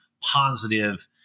positive